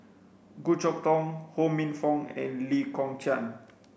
Goh Chok Tong Ho Minfong and Lee Kong Chian